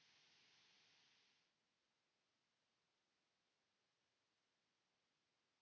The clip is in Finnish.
Kiitos,